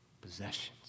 possessions